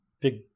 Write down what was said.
big